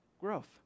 Growth